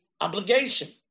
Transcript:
obligation